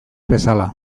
bezala